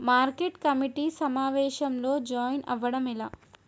Market committee సమావేశంలో join అవ్వడం ఎలా?